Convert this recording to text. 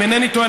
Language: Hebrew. אם אינני טועה,